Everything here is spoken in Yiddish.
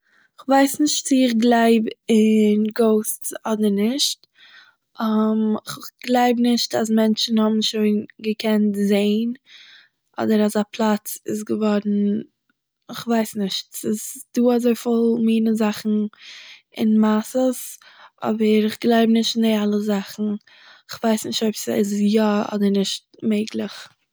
כ'ווייס נישט צו איך גלייב אין גאוסטס אדער נישט, איך גלייב נישט אז מענטשן האבן שוין געקענט זעהן אדער אז א פלאץ איז געווארן - איך ווייס נישט, ס'איז דא אזויפיל מיני זאכן און מעשיות, אבער איך גלייב נישט אין די אלע זאכן, איך ווייס נישט אויב ס'איז יא אדער נישט מעגלעך